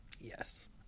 Yes